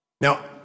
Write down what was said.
Now